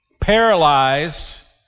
paralyzed